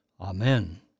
Amen